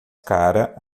cara